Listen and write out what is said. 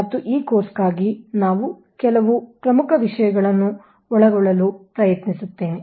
ಮತ್ತು ಈ ಕೋರ್ಸ್ ಗಾಗಿ ನಾವು ಕೆಲವು ಪ್ರಮುಖ ವಿಷಯಗಳನ್ನು ಒಳಗೊಳ್ಳಲು ಪ್ರಯತ್ನಿಸುತ್ತೇವೆ